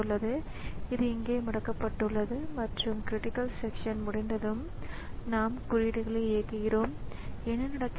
பின்னர் அடுத்த சுழற்சியில் அது என்ன செய்கிறதென்றால் அது அந்த ப்ரோக்ராம் கவுண்டரின் உள்ளடக்கத்தை முகவரி பஸ்ஸில் வைக்கிறது